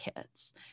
kids